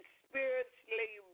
spiritually